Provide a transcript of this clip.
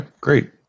great